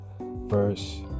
verse